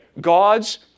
God's